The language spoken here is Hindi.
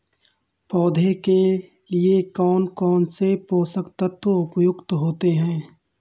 पौधे के लिए कौन कौन से पोषक तत्व उपयुक्त होते हैं?